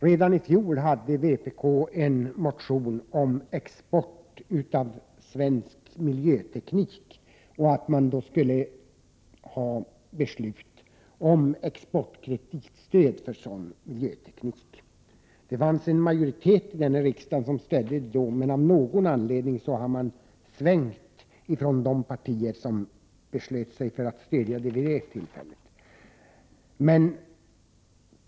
Redan i fjol hade vpk en motion om export av svensk miljöteknik. Vi ville då ha beslut om exportkreditstöd för sådan export. I riksdagen fanns en majoritet för detta, men av någon anledning har de partier som då beslöt sig för att stödja förslaget svängt.